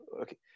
okay